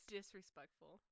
Disrespectful